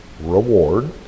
reward